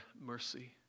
mercy